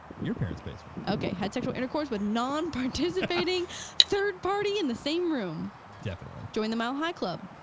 your parents' basement. okay, had sexual intercourse with non-participating third party in the same room. definitely. doing the mile high club.